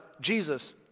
Jesus